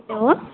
hello